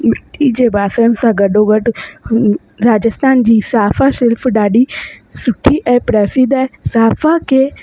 मिट्टी जे बासण सां गॾो गॾु राजस्थान जी साफा शिल्प ॾाढी सुठी ऐं प्रसिध्द आहे साफा खे